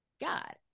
God